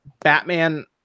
Batman